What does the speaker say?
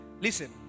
Listen